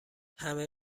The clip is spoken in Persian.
همه